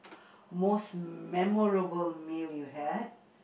most memorable meal you had